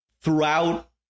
throughout